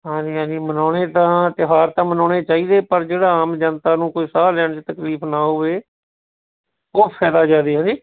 ਹਾਂਜੀ ਹਾਂਜੀ ਮਨਾਉਣੇ ਤਾਂ ਤਿਉਹਾਰ ਤਾਂ ਮਨਾਉਣੇ ਚਾਹੀਦੇ ਪਰ ਜਿਹੜਾ ਆਮ ਜਨਤਾ ਨੂੰ ਕੋਈ ਸਾਹ ਲੈਣ 'ਚ ਤਕਲੀਫ਼ ਨਾ ਹੋਵੇ ਔਰ ਫਾਇਦਾ ਜ਼ਿਆਦਾ ਹੈਂਜੀ